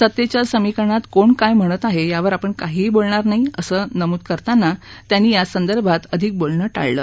सत्तेच्या समीकरणात कोण काय म्हणत आहे यावर आपण काहीही बोलणार नाही असं नमूद करताना त्यांनी या संदर्भात अधिक बोलणं टाळलं